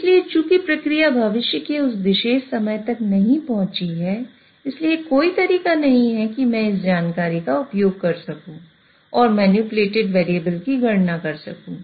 इसलिए चूंकि प्रक्रिया भविष्य के उस विशेष समय तक नहीं पहुंची है इसलिए कोई तरीका नहीं है कि मैं इस जानकारी का उपयोग कर सकूं और मैनिपुलेटेड वेरिएबल की गणना कर सकूं